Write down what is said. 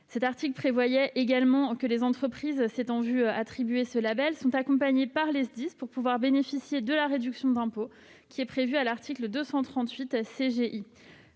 Cet article prévoyait également que les entreprises s'étant vu attribuer ce label soient accompagnées par les SDIS pour pouvoir bénéficier de la réduction d'impôt figurant à l'article 238 du